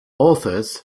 authors